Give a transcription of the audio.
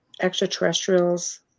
extraterrestrials